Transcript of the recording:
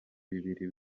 bibiri